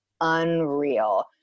unreal